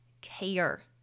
care